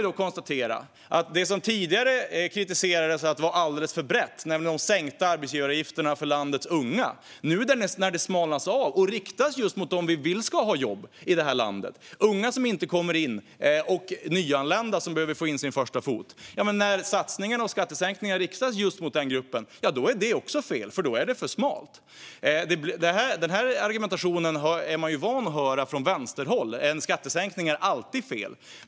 Det som tidigare kritiserades för att vara alldeles för brett, nämligen de sänkta arbetsgivaravgifterna för landets unga, smalas nu av och riktas mot just dem som vi vill ska ha jobb i det här landet: unga som inte kommer in och nyanlända som behöver få in sin första fot. Men när satsningarna och skattehöjningarna riktas just mot den gruppen är det tydligen också fel - då är det för smalt. Den här argumentationen är man ju van att höra från vänsterhåll. En skattesänkning är alltid fel.